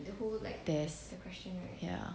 test ya